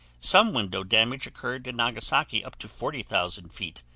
some window damage occurred in nagasaki up to forty thousand feet,